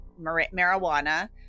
marijuana